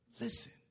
listen